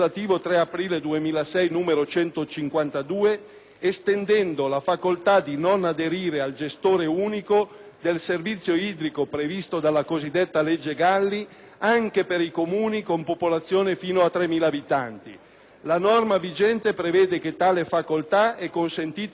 estendendo la facoltà di non aderire al gestore unico del servizio idrico, previsto dalla cosiddetta legge Galli, anche per i Comuni con popolazione fino a 3.000 abitanti; la norma vigente prevede che tale facoltà sia consentita ai Comuni con popolazione fino a 1.000 abitanti.